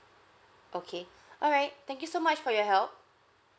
okay alright thank you so much for your help